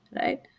Right